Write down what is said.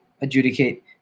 adjudicate